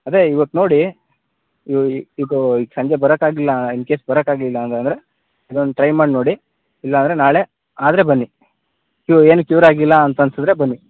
ಅದೇ ಇವತ್ತು ನೋಡಿ ಇದು ಈಗ ಸಂಜೆ ಬರಕ್ಕಾಗಲಿಲ್ಲ ಇನ್ ಕೇಸ್ ಬರಕ್ಕಾಗಲಿಲ್ಲ ಅಂತಂದರೆ ಇದೊಂದು ಟ್ರೈ ಮಾಡಿ ನೋಡಿ ಇಲ್ಲಾಂದರೆ ನಾಳೆ ಆದರೆ ಬನ್ನಿ ಇವು ಏನೂ ಕ್ಯೂರ್ ಆಗಿಲ್ಲ ಅಂತ ಅನ್ಸಿದ್ರೆ ಬನ್ನಿ